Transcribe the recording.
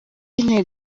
intego